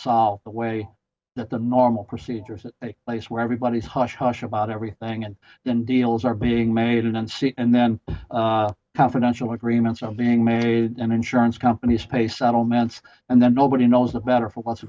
solved the way that the normal procedures in a place where everybody's hush hush about everything and then deals are being made and see and then confidential agreements of being made and insurance companies pay settlements and then nobody knows the better what's